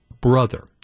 brother